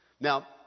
Now